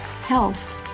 Health